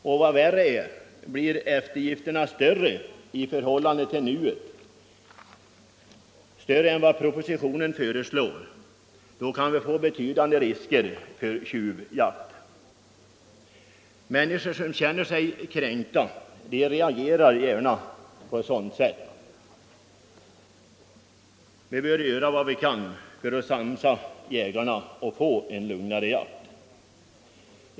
Och vad värre är: om eftergifterna blir större än vad propositionen föreslår kan vi få betydande risker för tjuvskytte. Människor som känner sig kränkta reagerar gärna på det sättet. Vi bör göra vad vi kan för att sansa jägarna och för att få en lugnare jakt.